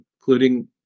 including